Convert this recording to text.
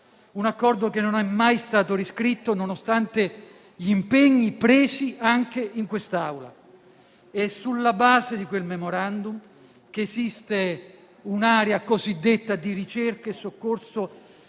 Un accordo che non è mai stato riscritto, nonostante gli impegni presi anche in quest'Aula. È sulla base di quel *memorandum* che esiste un'area cosiddetta di "ricerca e soccorso"